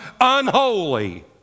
unholy